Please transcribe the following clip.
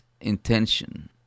intention